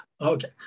Okay